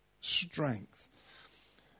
strength